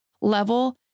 level